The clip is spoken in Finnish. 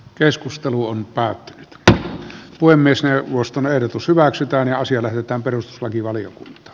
keskustelu on päättänyt että puhemiesneuvoston ehdotus hyväksytään ja asialle mitään perustuslakivalion